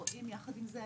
יחד עם זה,